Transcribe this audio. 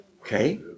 Okay